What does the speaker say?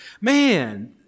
Man